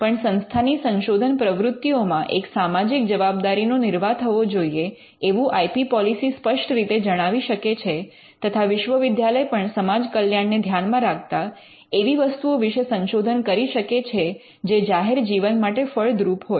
પણ સંસ્થાની સંશોધન પ્રવૃત્તિઓમાં એક સામાજિક જવાબદારીનો નિર્વાહ થવો જોઈએ એવું આઇ પી પૉલીસી સ્પષ્ટ રીતે જણાવી શકે છે તથા વિશ્વવિદ્યાલય પણ સમાજ કલ્યાણને ધ્યાનમાં રાખતા એવી વસ્તુઓ વિશે સંશોધન કરી શકે છે જે જાહેર જીવન માટે ફળદ્રુપ હોય